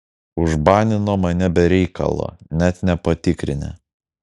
užbanino mane be reikalo net nepatikrinę